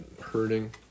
hurting